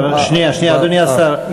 שנייה, שנייה, אדוני השר.